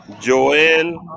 Joel